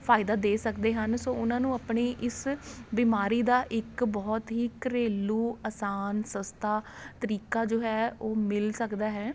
ਫਾਇਦਾ ਦੇ ਸਕਦੇ ਹਨ ਸੋ ਉਹਨਾਂ ਨੂੰ ਆਪਣੀ ਇਸ ਬਿਮਾਰੀ ਦਾ ਇੱਕ ਬਹੁਤ ਹੀ ਘਰੇਲੂ ਆਸਾਨ ਸਸਤਾ ਤਰੀਕਾ ਜੋ ਹੈ ਉਹ ਮਿਲ ਸਕਦਾ ਹੈ